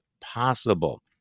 possible